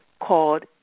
called